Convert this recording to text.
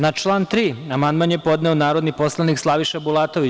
Na član 3. amandman je podneo narodni poslanik Slaviša Bulatović.